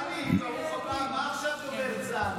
טלי, מה עכשיו דובר צה"ל?